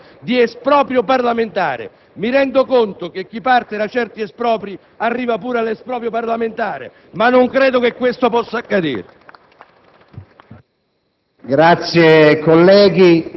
Veramente stiamo stabilendo un principio di esproprio parlamentare. Mi rendo conto che chi parte da certi espropri arriva pure all'esproprio parlamentare, ma non credo che ciò possa accadere.